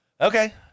Okay